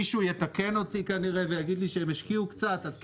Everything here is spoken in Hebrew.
מישהו יתקן אותי ויגיד שהם השקיעו קצת אז,